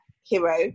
hero